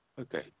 Okay